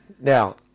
Now